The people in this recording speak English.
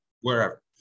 wherever